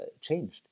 changed